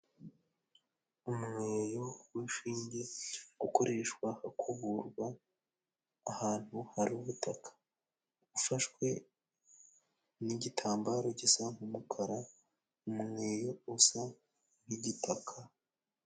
Umweyo w'inshinge ukoreshwa akuburwa ahantu hari ubutaka. Ufashwe n'igitambaro gisa n'umukara umweyo usa nk'igitaka.